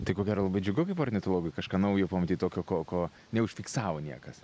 tai ko gero labai džiugu kaip ornitologui kažką naujo pamatyt tokio ko ko neužfiksavo niekas